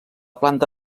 planta